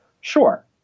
Sure